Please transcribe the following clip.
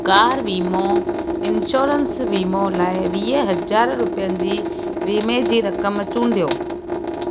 car वीमो insurance वीमो लाइ वीह हज़ार रुपियनि जी वीमे जी रक़म चूंडियो